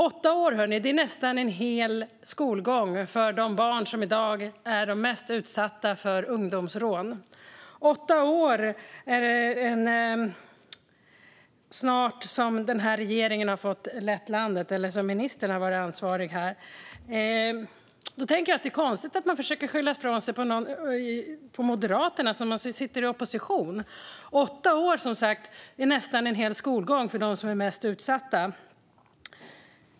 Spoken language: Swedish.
Åtta år, hör ni, det är nästan en hel skolgång för de barn som i dag är de mest utsatta för ungdomsrån. I snart åtta år har man lett landet och ministern varit ansvarig här. Då tänker jag att det är konstigt att man försöker skylla ifrån sig på Moderaterna, som alltså sitter i opposition. Åtta år är som sagt nästan en hel skolgång för dem som är mest utsatta.